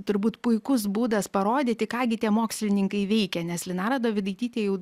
turbūt puikus būdas parodyti ką gi tie mokslininkai veikia nes linara dovidaitytė jau